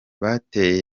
bateye